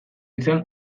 izan